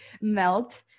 melt